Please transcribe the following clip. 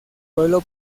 pueblo